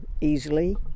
easily